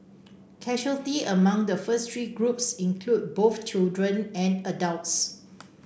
casualty among the first three groups included both children and adults